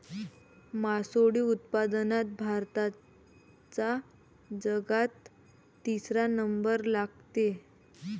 मासोळी उत्पादनात भारताचा जगात तिसरा नंबर लागते